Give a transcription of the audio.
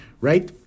right